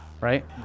Right